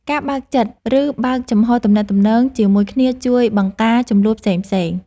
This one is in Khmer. ការបើកចិត្ត ឬបើកចំហទំនាក់ទំនងជាមួយគ្នាជួយបង្ការជម្លោះផ្សេងៗ។